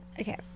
okay